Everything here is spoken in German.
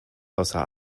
außer